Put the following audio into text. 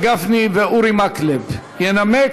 העלאת גיל הגיוס הנדרש לפטור מתשלום דמי ביטוח לאומי),